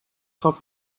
gaf